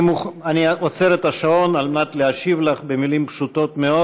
אני עוצר את השעון על מנת להשיב לך במילים פשוטות מאוד: